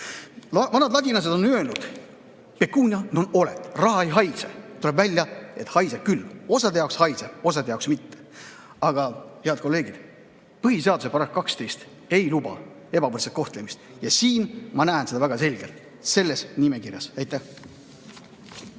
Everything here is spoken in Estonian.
Vanad ladinlased on öelnud: "pecunia non olet"– "raha ei haise". Tuleb välja, et haiseb küll. Osa jaoks haiseb, osa jaoks mitte. Head kolleegid, põhiseaduse § 12 ei luba ebavõrdset kohtlemist, aga siin ma näen seda väga selgelt, selles nimekirjas. Aitäh!